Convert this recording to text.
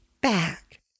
back